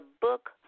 book